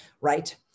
right